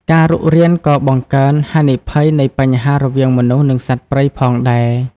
ការរុករានក៏បង្កើន ហានិភ័យនៃបញ្ហាររវាងមនុស្ស និងសត្វព្រៃ ផងដែរ។